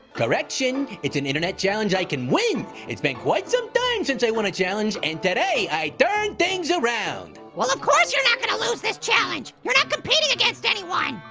correction, it's an internet challenge i can win! it's been quite some time since i won a challenge, and today i turn things around! well of course you're not gonna lose this challenge, you're not competing against anyone.